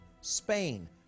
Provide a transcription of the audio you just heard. Spain